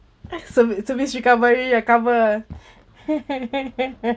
service recovery recover